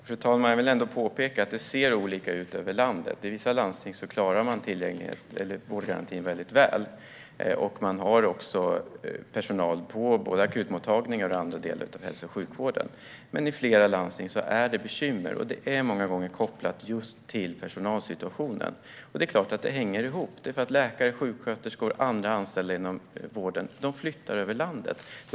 Fru talman! Jag vill ändå påpeka att det ser olika ut över landet. I vissa landsting klarar man vårdgarantin väldigt väl och har personal både på akutmottagningar och i andra delar av hälso och sjukvården. Men i flera landsting är det bekymmer, och det är många gånger kopplat just till personalsituationen. Det är klart att det hänger ihop. Läkare, sjuksköterskor och andra anställda inom vården flyttar över landet.